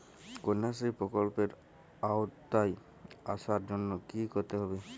কন্যাশ্রী প্রকল্পের আওতায় আসার জন্য কী করতে হবে?